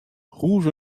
hûs